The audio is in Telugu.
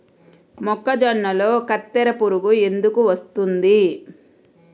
మొక్కజొన్నలో కత్తెర పురుగు ఎందుకు వస్తుంది?